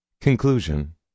Conclusion